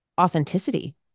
authenticity